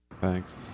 Thanks